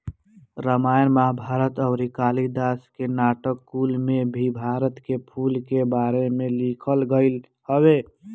रामायण महाभारत अउरी कालिदास के नाटक कुल में भी भारत के फूल के बारे में लिखल गईल हवे